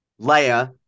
Leia